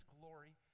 glory